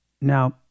Now